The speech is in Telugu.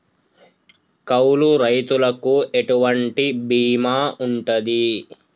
కౌలు రైతులకు ఎటువంటి బీమా ఉంటది?